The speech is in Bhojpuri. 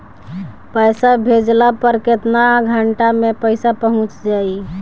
पैसा भेजला पर केतना घंटा मे पैसा चहुंप जाई?